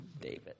David